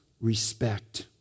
respect